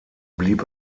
blieb